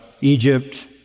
Egypt